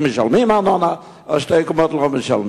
משלמים ארנונה ועל שתי קומות לא משלמים.